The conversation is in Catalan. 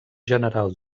general